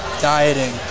dieting